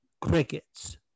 crickets